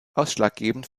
ausschlaggebend